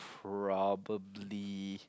probably